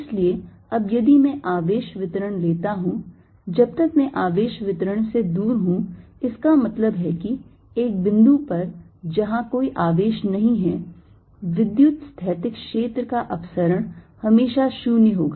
इसलिए अब यदि मैं आवेश वितरण लेता हूं जब तक मैं आवेश वितरण से दूर हूं इसका मतलब है कि एक बिंदु पर जहां कोई आवेश नहीं है विद्युतस्थैतिक क्षेत्र का अपसरण हमेशा 0 होगा